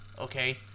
okay